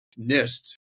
NIST